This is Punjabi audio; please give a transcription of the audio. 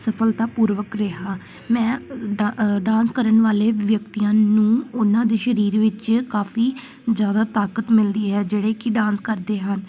ਸਫਲਤਾਪੂਰਵਕ ਰਿਹਾ ਮੈਂ ਡਾ ਡਾਂਸ ਕਰਨ ਵਾਲੇ ਵਿਅਕਤੀਆਂ ਨੂੰ ਉਹਨਾਂ ਦੇ ਸਰੀਰ ਵਿੱਚ ਕਾਫ਼ੀ ਜ਼ਿਆਦਾ ਤਾਕਤ ਮਿਲਦੀ ਹੈ ਜਿਹੜੇ ਕਿ ਡਾਂਸ ਕਰਦੇ ਹਨ